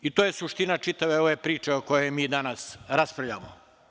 To je suština čitave ove priče o kojoj mi danas raspravljamo.